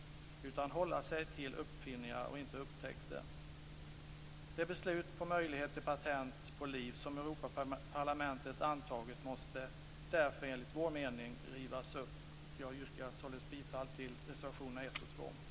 Det måste hålla sig till uppfinningar och inte upptäckter. Det beslut om möjlighet till patent på liv som Europaparlamentet antagit måste därför enligt vår mening rivas upp. Jag yrkar således bifall till reservationerna 1 och